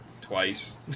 twice